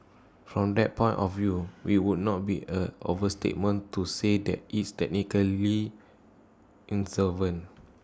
from that point of view IT would not be A overstatement to say that is technically insolvent